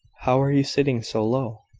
how are you sitting so low?